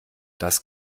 das